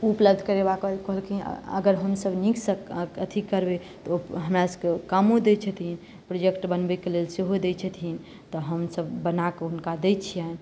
उपलब्ध करेबाक बाद कहलखीन अगर हमसभ नीक सँ अथी करबै तऽ ओ हमरा सभके ओ कामो दै छथीन प्रोजेक्ट बनबैके लेल सेहो दै छथीन तऽ हमसभ बना के हुनका दै छियनि